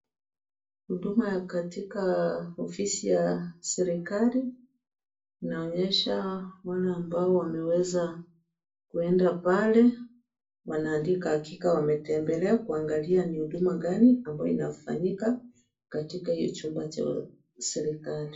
Huduma ya katika ofisi ya serikali inaonyesha wale ambao wameweza kuenda pale. Wanaandika hakika wametembelea kuangalia ni huduma gani ambayo inafanyika katika hiyo chumba cha serikali.